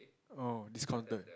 oh it's counted